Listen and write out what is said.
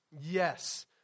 Yes